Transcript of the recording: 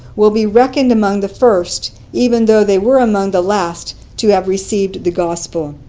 will be reckoned among the first, even though they were among the last to have received the gospel.